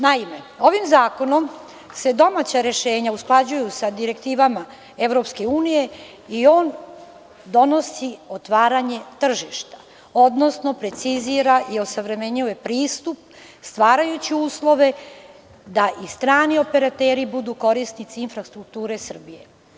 Naime, ovim zakonom se domaća rešenja usklađuju sa direktivama EU i on donosi otvaranje tržišta, odnosno precizira i osavremenjuje pristup, stvarajući uslove da i strani operateri budu korisnici infrastrukture Srbije.